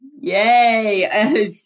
Yay